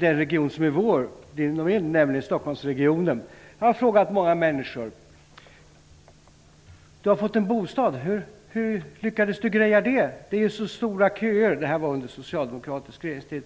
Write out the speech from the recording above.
Carina Mobergs och min region, nämligen Stockholmsregionen. Jag har frågat många människor hur de lyckades greja sin bostad, eftersom det var så långa köer - det här var under socialdemokratisk regeringstid.